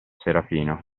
serafino